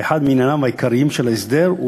"אחד מענייניו העיקריים של ההסדר הוא